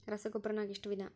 ರಸಗೊಬ್ಬರ ನಾಗ್ ಎಷ್ಟು ವಿಧ?